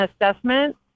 assessment